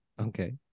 Okay